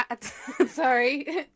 sorry